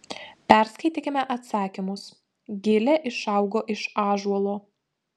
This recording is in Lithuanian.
perskaitykime atsakymus gilė išaugo iš ąžuolo